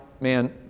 man